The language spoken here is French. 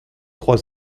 trois